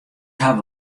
haw